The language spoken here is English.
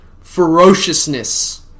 ferociousness